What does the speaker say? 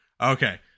Okay